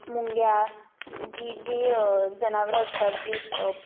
मुंग्या की जी जनावरं असतात जी अब